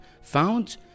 found